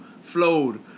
flowed